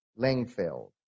Langfeld